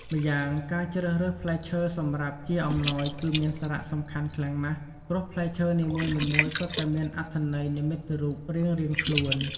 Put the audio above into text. ម្យ៉ាងការជ្រើសរើសផ្លែឈើសម្រាប់ជាអំណោយ គឺមានសារៈសំខាន់ខ្លាំងណាស់ ព្រោះផ្លែឈើនីមួយៗសុទ្ធតែមានអត្ថន័យនិមិត្តរូបរៀងៗខ្លួន។